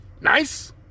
nice